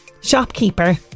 shopkeeper